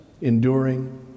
enduring